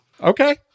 Okay